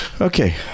Okay